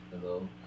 Hello